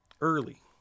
Early